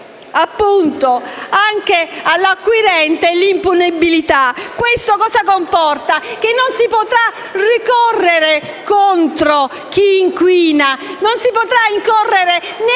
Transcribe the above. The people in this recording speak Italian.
estesa anche all'acquirente l'impunibilità. Questo comporta che non si potrà ricorrere contro chi inquina. Non si potrà ricorrere, né